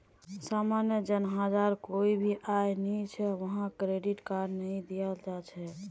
सामान्य जन जहार कोई भी आय नइ छ वहाक क्रेडिट कार्ड नइ दियाल जा छेक